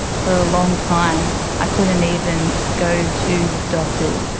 for a long time i couldn't even go to the doctors.